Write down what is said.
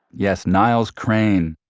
yes, niles crane.